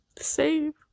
save